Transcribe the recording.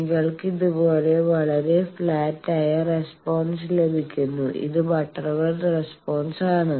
നിങ്ങൾക്ക് ഇതുപോലെ വളരെ ഫ്ലാറ്റ് ആയ റെസ്പോൺസ് ലഭിക്കുന്നു ഇത് ബട്ടർവർത്ത് റെസ്പോൺസ് ആണ്